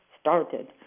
started